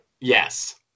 Yes